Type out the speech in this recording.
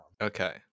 Okay